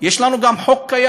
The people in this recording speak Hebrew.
על כך,